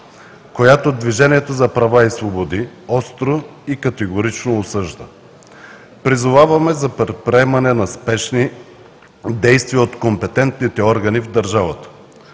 която Движението за права и свободи остро и категорично осъжда. Призоваваме за предприемане на спешни действия от компетентните органи в държавата.